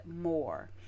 more